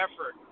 effort